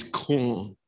corn